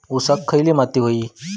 ऊसाक खयली माती व्हयी?